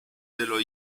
dello